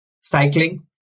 Cycling